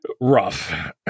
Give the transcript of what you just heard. rough